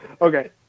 Okay